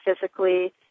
physically